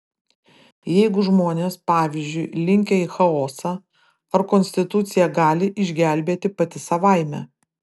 jeigu žmonės pavyzdžiui linkę į chaosą ar konstitucija gali išgelbėti pati savaime